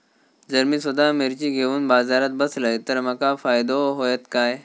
जर मी स्वतः मिर्ची घेवून बाजारात बसलय तर माका फायदो होयत काय?